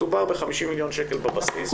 שמדובר ב-50 מיליון שקל בבסיס,